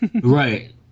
right